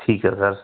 ਠੀਕ ਹੈ ਸਰ